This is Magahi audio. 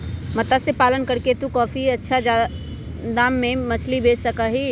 मत्स्य पालन करके तू काफी अच्छा दाम में मछली बेच सका ही